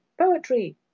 poetry